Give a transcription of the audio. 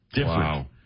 Wow